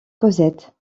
cosette